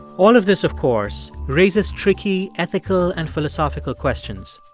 all of this, of course, raises tricky ethical and philosophical questions.